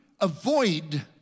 avoid